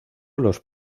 los